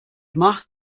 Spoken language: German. macht